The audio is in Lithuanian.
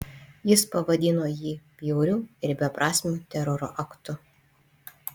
jis pavadino jį bjauriu ir beprasmiu teroro aktu